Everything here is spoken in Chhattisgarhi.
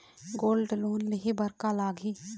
गोल्ड लोन लेहे बर का लगही?